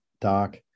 doc